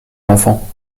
l’enfant